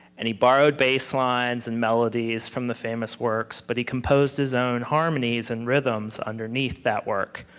and he borrowed baselines and melodies from the famous works, but he composed his own harmonies and rhythms underneath that work.